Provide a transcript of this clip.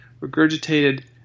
regurgitated